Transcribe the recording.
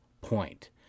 point